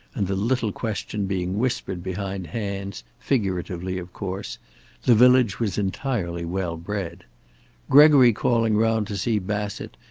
and the little question being whispered behind hands, figuratively, of course the village was entirely well-bred gregory calling round to see bassett,